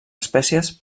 espècies